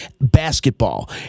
basketball